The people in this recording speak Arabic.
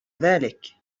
ذلك